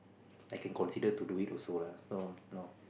I can consider to do it also lah so no